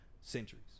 centuries